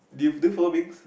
did you don't follow bigs